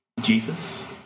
Jesus